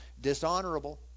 Dishonorable